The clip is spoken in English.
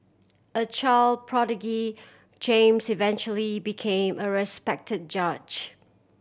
a child prodigy James eventually became a respect judge